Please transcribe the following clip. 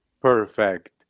Perfect